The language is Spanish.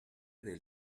del